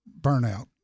burnout